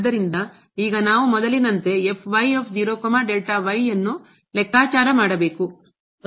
ಆದ್ದರಿಂದ ಈಗ ನಾವು ಮೊದಲಿನಂತೆ ಅನ್ನು ಲೆಕ್ಕಾಚಾರ ಮಾಡಬೇಕು